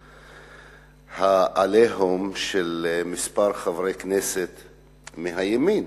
ה"עליהום" של כמה חברי כנסת מהימין,